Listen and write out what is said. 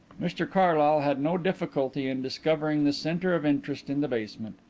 mr carlyle had no difficulty in discovering the centre of interest in the basement.